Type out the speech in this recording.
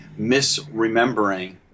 misremembering